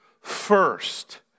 first